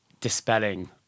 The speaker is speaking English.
dispelling